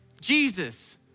Jesus